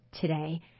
today